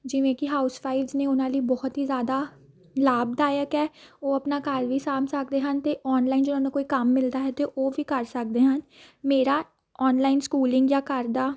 ਜਿਵੇਂ ਕਿ ਹਾਊਸ ਵਾਈਫਸ ਨੇ ਉਹਨਾਂ ਲਈ ਬਹੁਤ ਹੀ ਜ਼ਿਆਦਾ ਲਾਭਦਾਇਕ ਹੈ ਉਹ ਆਪਣਾ ਘਰ ਵੀ ਸਾਂਭ ਸਕਦੇ ਹਨ ਅਤੇ ਔਨਲਾਈਨ ਜੇ ਉਹਨਾਂ ਨੂੰ ਕੋਈ ਕੰਮ ਮਿਲਦਾ ਹੈ ਤਾਂ ਉਹ ਵੀ ਕਰ ਸਕਦੇ ਹਨ ਮੇਰਾ ਔਨਲਾਈਨ ਸਕੂਲਿੰਗ ਜਾਂ ਘਰ ਦਾ